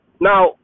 now